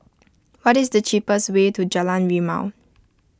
what is the cheapest way to Jalan Rimau